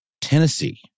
Tennessee